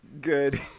Good